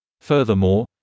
Furthermore